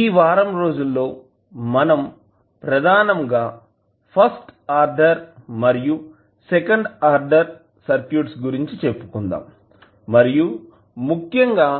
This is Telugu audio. ఈ వారం రోజుల్లో మనం ప్రధానంగా ఫస్ట్ ఆర్డర్ మరియు సెకండ్ ఆర్డర్ సర్క్యూట్స్ గురించి చెప్పుకుందాం మరియు ముఖ్యంగా